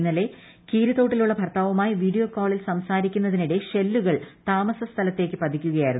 ഇന്നലെ കീരിത്തോട്ടിലുള്ള് ഭർത്താവുമായി വീഡിയോ കോളിൽ സംസാരിക്കുന്നതിനിടെ ഷെല്ലുകൾ താമസ സ്ഥലത്ത് പതിക്കുകയായിരുന്നു